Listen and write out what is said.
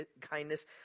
kindness